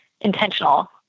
intentional